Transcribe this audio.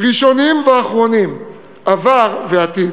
ראשונים ואחרונים, עבר ועתיד.